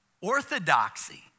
Orthodoxy